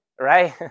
right